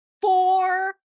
four